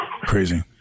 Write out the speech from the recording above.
crazy